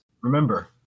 Remember